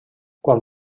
quan